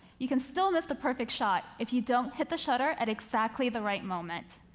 you can still miss the perfect shot if you don't hit the shutter at exactly the right moment.